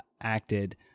acted